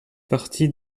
partie